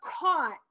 caught